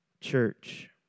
church